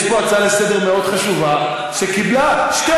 יש פה הצעה לסדר-היום מאוד חשובה שקיבלה שתי